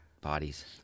bodies